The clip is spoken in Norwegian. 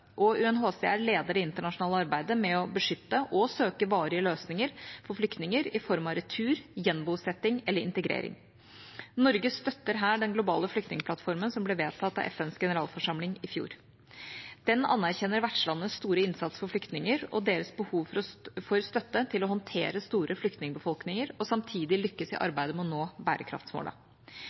leder det internasjonale arbeidet med å beskytte og søke varige løsninger for flyktninger i form av retur, gjenbosetting eller integrering. Norge støtter her den globale flyktningplattformen som ble vedtatt av FNs generalforsamling i fjor. Den anerkjenner vertslandenes store innsats for flyktninger og deres behov for støtte til å håndtere store flyktningbefolkninger og samtidig lykkes i arbeidet med å nå